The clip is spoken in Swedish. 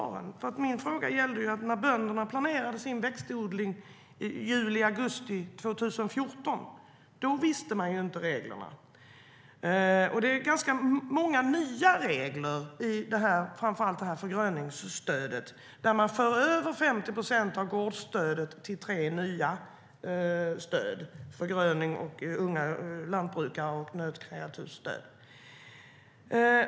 Min fråga gällde det faktum att man inte visste reglerna när bönderna planerade sin växtodling i juli och augusti 2014. Det är ganska många nya regler i framför allt förgröningsstödet. Man för över 50 procent av gårdsstödet till tre nya stöd, nämligen stöden till förgröning, unga lantbrukare och nötkreatur.